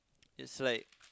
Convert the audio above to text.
it's like